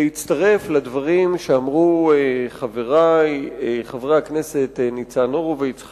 להצטרף לדברים שאמרו חברי חברי הכנסת ניצן הורוביץ,